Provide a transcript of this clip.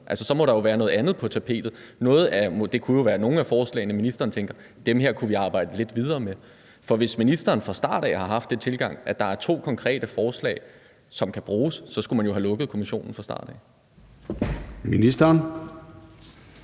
Altså, der må jo være noget andet på tapetet. Det kunne være, at ministeren tænker om nogle af forslagene: Dem her kunne vi arbejde lidt videre med. For hvis ministeren fra start af har haft den tilgang, at der er to konkrete forslag, som kan bruges, så skulle man jo have lukket kommissionen fra start af.